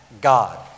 God